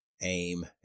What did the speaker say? aim